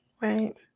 Right